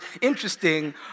interesting